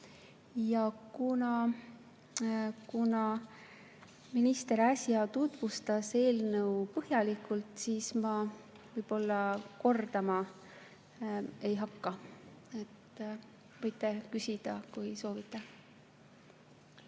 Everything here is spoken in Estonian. Kuna minister äsja tutvustas eelnõu põhjalikult, siis ma kordama ei hakka. Võite küsida, kui soovite.